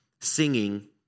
singing